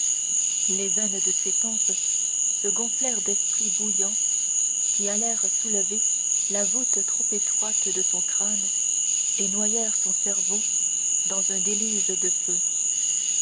les veines de ses tempes se gonflèrent d'esprits bouillants qui allèrent soulever la voûte trop étroite de son crâne et noyèrent son cerveau dans un déluge de feu